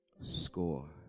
score